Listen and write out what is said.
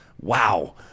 Wow